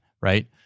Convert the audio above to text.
right